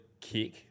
kick